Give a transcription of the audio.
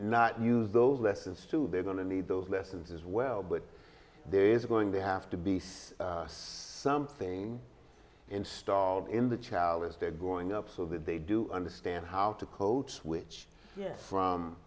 not use those lessons to they're going to need those lessons as well but there is going to have to be something installed in the child as they're growing up so that they do understand how to code switch yes from